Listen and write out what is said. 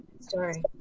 story